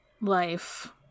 life